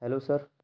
hello sir